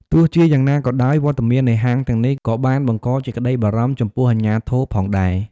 ទោះជាយ៉ាងណាក៏ដោយ វត្តមាននៃហាងទាំងនេះក៏បានបង្កជាក្តីបារម្ភចំពោះអាជ្ញាធរផងដែរ។